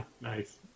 Nice